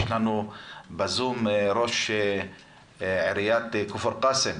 יש לנו בזום את ראש עיריית כפר קאסם,